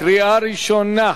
קריאה ראשונה.